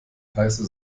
heiße